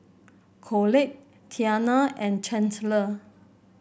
Colette Tiana and Chandler